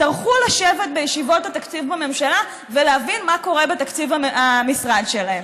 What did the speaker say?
טרחו לשבת בישיבות התקציב בממשלה ולהבין מה קורה בתקציב המשרד שלהם.